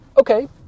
okay